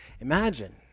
Imagine